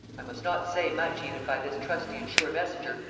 i must not say much even by this trusty and sure messenger,